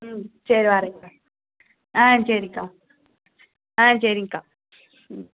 ம் சரி வரேன்க்கா ஆ சரிக்கா ஆ சரிங்க்கா ம்